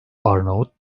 arnavut